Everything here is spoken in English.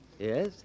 Yes